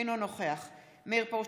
אינו נוכח מאיר פרוש,